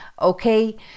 okay